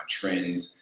trends